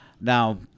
Now